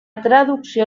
traducció